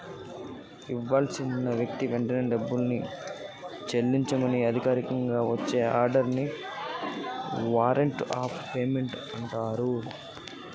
ఇవ్వాల్సి ఉన్న వ్యక్తికి వెంటనే డబ్బుని చెల్లించమని అధికారికంగా వచ్చే ఆర్డర్ ని వారెంట్ ఆఫ్ పేమెంట్ అంటరు